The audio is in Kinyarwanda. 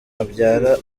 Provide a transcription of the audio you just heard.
abyara